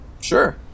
Sure